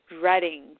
dreading